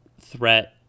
threat